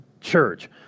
church